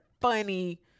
funny